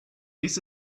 this